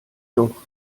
doch